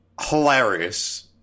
hilarious